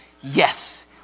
Yes